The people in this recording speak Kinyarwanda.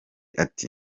ati